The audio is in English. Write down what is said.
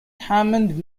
hammond